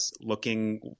looking